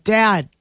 dad